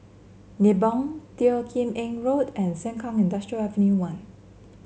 Nibong Teo Kim Eng Road and Sengkang Industrial Avenue One